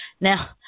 Now